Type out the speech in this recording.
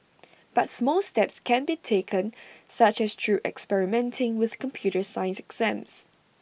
but small steps can be taken such as through experimenting with computer science exams